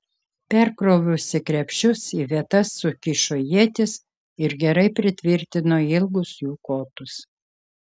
perkrovusi krepšius į vietas sukišo ietis ir gerai pritvirtino ilgus jų kotus